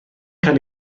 cael